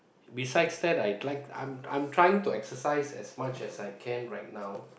besides that I'd like I I'm trying to exercise as much as I can right now